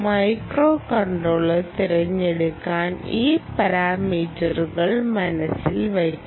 microcontroller തിരഞ്ഞെടുക്കാൻ ഈ പാരാമീറ്ററുകൾ മനസ്സിൽ വയ്ക്കണം